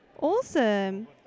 Awesome